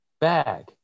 bag